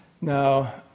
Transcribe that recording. Now